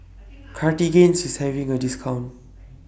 Cartigain IS having A discount